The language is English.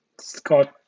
Scott